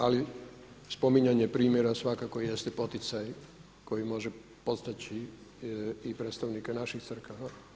Ali spominjanje primjera svakako jeste poticaj koji može postaći i predstavnike naših crkava.